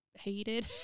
hated